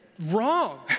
wrong